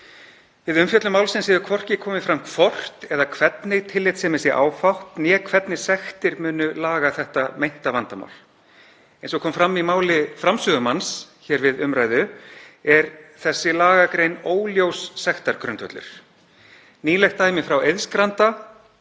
Við umfjöllun málsins hefur hvorki komið fram hvort eða hvernig tillitssemi sé áfátt né hvernig sektir muni laga þetta meinta vandamál. Eins og fram kom í máli framsögumanns hér við umræðu er þessi lagagrein óljós sektargrundvöllur. Nýlegt dæmi frá Eiðsgranda